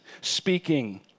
speaking